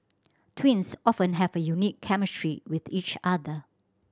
twins often have a unique chemistry with each other